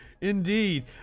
Indeed